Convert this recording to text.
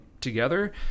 together